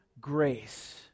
grace